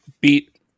beat